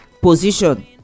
position